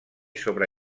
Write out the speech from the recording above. sobre